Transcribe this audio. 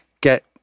get